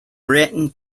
britain